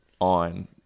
on